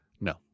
No